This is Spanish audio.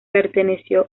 perteneció